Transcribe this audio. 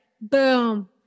Boom